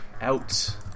out